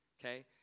Okay